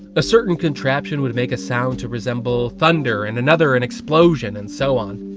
a certain contraption would make a sound to resemble thunder, and another an explosion, and so on.